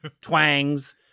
twangs